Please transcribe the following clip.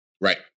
right